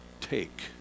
take